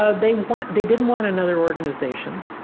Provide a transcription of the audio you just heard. ah they want they didn't want another organization.